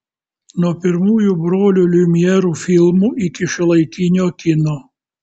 nuo pirmųjų brolių liumjerų filmų iki šiuolaikinio kino